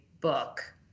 book